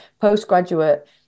postgraduate